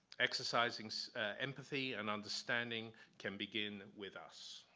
exercising empathy and understanding can begin with us.